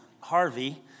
harvey